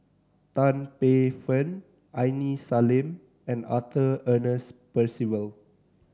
Tan Paey Fern Aini Salim and Arthur Ernest Percival